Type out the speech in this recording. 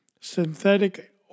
synthetic